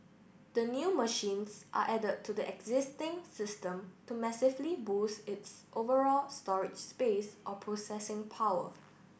the new machines are added to the existing system to massively boost its overall storage space or processing power